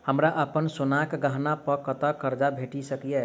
हमरा अप्पन सोनाक गहना पड़ कतऽ करजा भेटि सकैये?